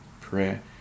prayer